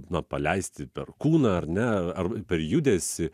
na paleisti per kūną ar ne ar per judesį